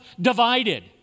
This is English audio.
divided